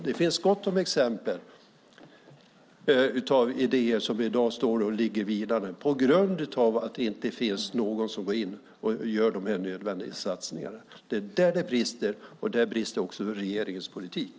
Det finns gott om exempel på idéer som i dag ligger vilande på grund av att det inte finns någon som går in och gör de nödvändiga satsningarna. Det är där det brister, och där brister också regeringens politik.